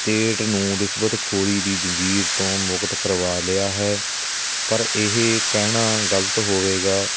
state ਨੂੰ ਰਿਸ਼ਵਤ ਖੋਰੀ ਦੀ ਜੰਜੀਰ ਤੋਂ ਮੁਕਤ ਕਰਵਾ ਲਿਆ ਹੈ ਪਰ ਇਹ ਕਹਿਣਾ ਗਲਤ ਹੋਵੇਗਾ